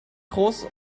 groß